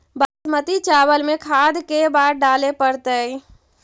बासमती चावल में खाद के बार डाले पड़तै?